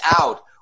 out